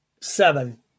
seven